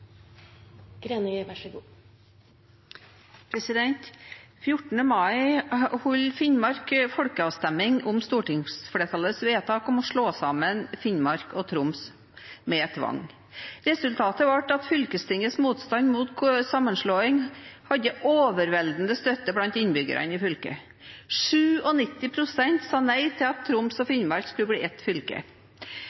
mai holdt Finnmark folkeavstemning om stortingsflertallets vedtak om å slå sammen Finnmark og Troms med tvang. Resultatet ble at fylkestingets motstand mot sammenslåing hadde overveldende støtte blant innbyggerne i fylket. 87 pst. sa nei til at Troms og